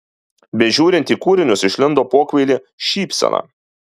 bežiūrint į kūrinius išlindo pokvailė šypsena